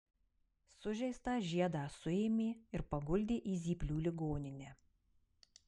sužeistą žiedą suėmė ir paguldė į zyplių ligoninę